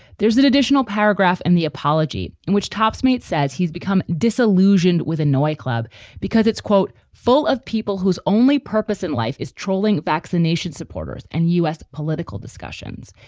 there's an additional paragraph in and the apology in which topps meat says he's become disillusioned with a nightclub because it's, quote, full of people whose only purpose in life is trolling vaccination supporters and u s. political discussions.